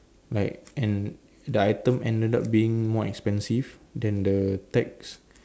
like and the item ended up being more expensive than the tags